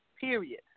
period